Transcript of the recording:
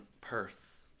purse